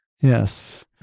Yes